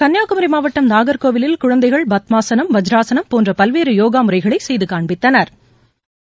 கன்னியாகுமரி மாவட்டம் நாகர்கோவிலில் குழந்தைகள் பத்மாசனம் வஜ்ராசனம் போன்ற பல்வேறு யோகா முறைகளை செய்து காண்பித்தனா்